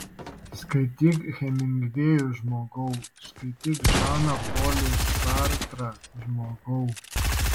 skaityk hemingvėjų žmogau skaityk žaną polį sartrą žmogau